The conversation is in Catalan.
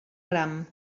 gram